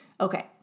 Okay